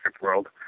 world